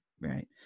Right